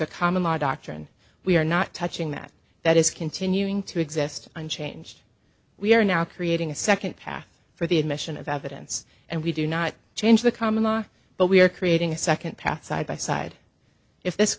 a common law doctrine we are not touching that that is continuing to exist unchanged we are now creating a second path for the admission of evidence and we do not change the comma but we are creating a second path side by side if this